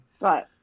Right